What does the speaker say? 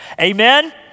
Amen